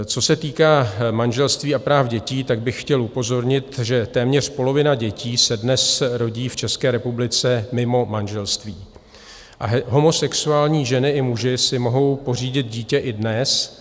Co se týká manželství a práv dětí, tak bych chtěl upozornit, že téměř polovina dětí se dnes rodí v České republice mimo manželství a homosexuální ženy i muži si mohou pořídit dítě i dnes.